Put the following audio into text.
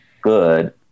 good